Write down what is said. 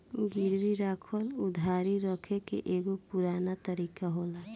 गिरवी राखल उधारी रखे के एगो पुरान तरीका होला